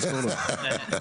נזכור לו את זה.